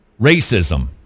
Racism